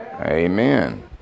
amen